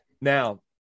Now